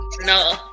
No